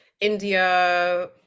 India